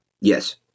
Yes